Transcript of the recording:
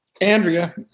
Andrea